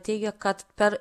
teigia kad per